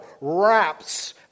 wraps